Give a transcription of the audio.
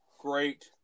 Great